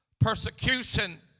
persecution